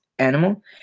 Animal